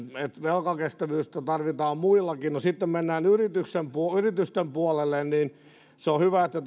että velkakestävyyttä tarvitaan muillakin sitten kun mennään yritysten puolelle niin se on hyvä että